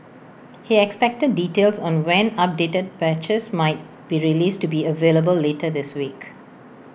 he expected details on when updated patches might be released to be available later this week